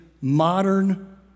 modern